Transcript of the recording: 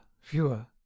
fewer